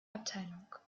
abteilung